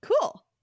Cool